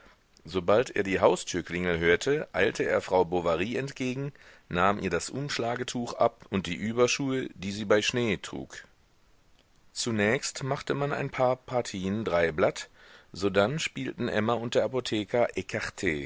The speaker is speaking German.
sobald er die haustürklingel hörte eilte er frau bovary entgegen nahm ihr das umschlagetuch ab und die überschuhe die sie bei schnee trug zunächst machte man ein paar partien dreiblatt sodann spielten emma und der apotheker